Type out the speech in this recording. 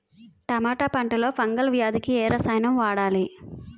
టమాటా పంట లో ఫంగల్ వ్యాధికి ఏ రసాయనం వాడాలి?